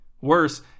Worse